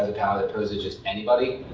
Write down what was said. as opposed to just anybody,